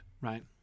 right